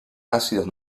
ácidos